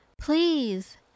Please